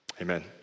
Amen